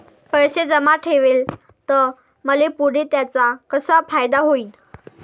पैसे जमा ठेवले त मले पुढं त्याचा कसा फायदा होईन?